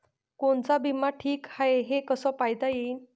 कोनचा बिमा ठीक हाय, हे कस पायता येईन?